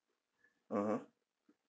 (uh huh)